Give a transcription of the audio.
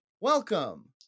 welcome